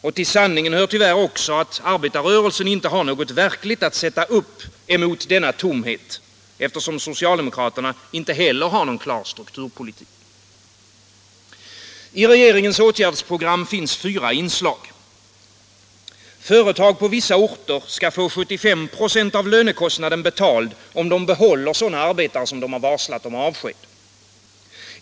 Och till sanningen hör tyvärr också att arbetarrörelsen inte har något verkligt att sätta upp mot denna tomhet, eftersom inte heller so = Nr 129 cialdemokraterna har någon strukturpolitik. Torsdagen den I regeringens åtgärdsprogram finns fyra inslag. Företag på vissa orter 12 maj 1977 skall få 75 96 av lönekostnaden betald, om de behåller arbetare som de. I har varslat om avsked.